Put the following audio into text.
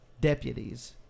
Deputies